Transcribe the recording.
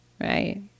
right